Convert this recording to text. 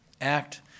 Act